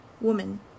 woman